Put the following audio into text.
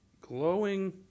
Glowing